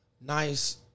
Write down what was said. nice